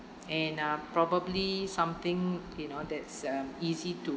and uh probably something you know that's uh easy to